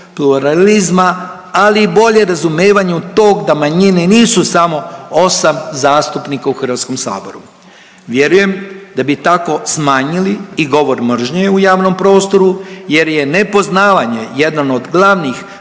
pluralizma, ali i bolje razumijevanju tog da manjine nisu samo 8 zastupnika u HS. Vjerujem da bi tako smanjili i govor mržnje u javnom prostoru jer je nepoznavanje jedan od glavnih